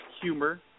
humor